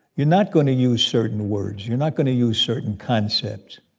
you're not going to use certain words. you're not going to use certain concepts.